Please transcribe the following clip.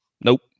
Nope